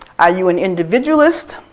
are you an individualist?